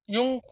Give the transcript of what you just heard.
Yung